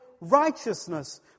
righteousness